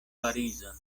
parizon